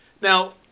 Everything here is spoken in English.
now